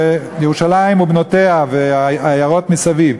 ירושלים ובנותיה והעיירות מסביב,